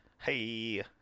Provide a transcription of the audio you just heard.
Hey